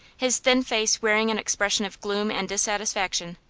his thin face wearing an expression of gloom and dissatisfaction.